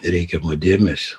reikiamo dėmesio